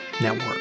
Network